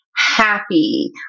Happy